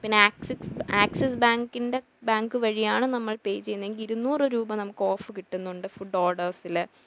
പിന്നെ Axis Axis ബാങ്കിൻ്റെ bank വഴിയാണ് നമ്മൾ പേ ചെയ്യുന്നതെങ്കിൽ ഇരുനൂറ് രൂപ നമുക്ക് ഓഫ് കിട്ടുന്നുണ്ട് ഫുഡ് ഓർഡേഴ്സിൽ